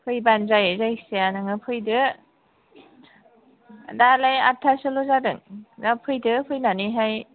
फैबानो जायो जायखिजाया नोङो फैदो दालाय आथथा सोल' जादों दा फैदो फैनानैहाय